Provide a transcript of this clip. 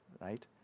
right